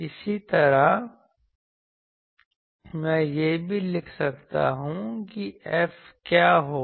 इसी तरह मैं यह भी लिख सकता हूं कि F क्या होगा